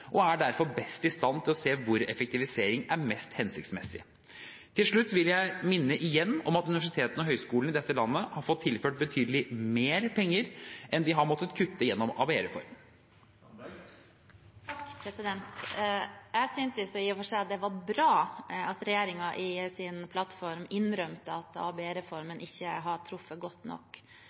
og derfor er best i stand til å se hvor effektivisering er mest hensiktsmessig. Til slutt vil jeg igjen minne om at universitetene og høyskolene i dette landet har fått tilført betydelig mer penger enn de har måttet kutte gjennom ABE-reformen. Takk. Jeg syntes i og for seg det var bra at regjeringen i sin plattform innrømte at ABE-reformen ikke hadde truffet godt nok.